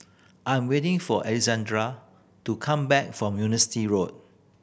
I'm waiting for to come back from Road